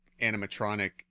animatronic